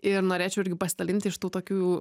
ir norėčiau irgi pasidalinti iš tų tokių